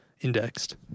indexed